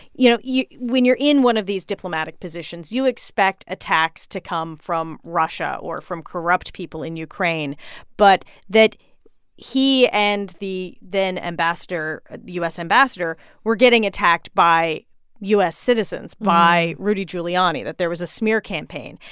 you know, you when you're in one of these diplomatic positions, you expect attacks to come from russia or from corrupt people in ukraine but that he and the then-ambassador ah u s. ambassador were getting attacked by u s. citizens, by rudy giuliani that there was a smear campaign.